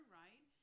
right